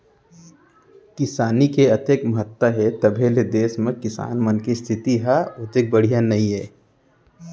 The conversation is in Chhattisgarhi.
किसानी के अतेक महत्ता हे तभो ले देस म किसान मन के इस्थिति ह ओतेक बड़िहा नइये